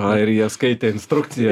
ar jie skaitė instrukciją